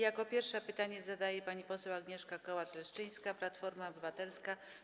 Jako pierwsza pytanie zadaje pani poseł Agnieszka Kołacz-Leszczyńska, Platforma Obywatelska.